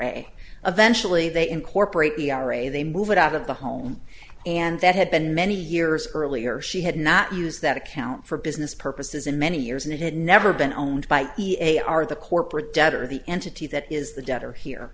a eventually they incorporate b r a they move it out of the home and that had been many years earlier she had not use that account for business purposes in many years and it had never been owned by a are the corporate debt or the entity that is the debtor here